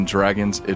Dragons